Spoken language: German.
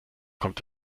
kommt